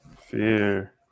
Fear